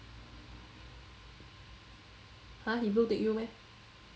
!huh! he blue tick you meh